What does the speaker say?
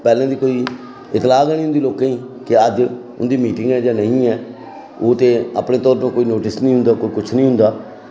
पैह्लें दी कोई ओह् खराब होई जंदी लोकें ते अज्ज उं'दी मीटिंग ऐ जां नेईं ऐ ओह् ते अपनी तरफ दा कोई नोटिस निं दिंदा